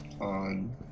on